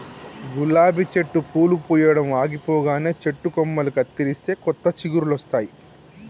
గులాబీ చెట్టు పూలు పూయడం ఆగిపోగానే చెట్టు కొమ్మలు కత్తిరిస్తే కొత్త చిగురులొస్తాయి